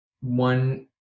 one